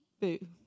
boo